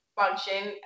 Function